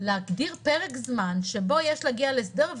להגדיר פרק זמן שבו יש להגיע להסדר,